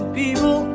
people